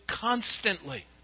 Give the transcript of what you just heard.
constantly